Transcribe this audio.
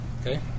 okay